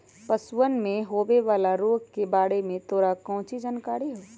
पशुअन में होवे वाला रोग के बारे में तोरा काउची जानकारी हाउ?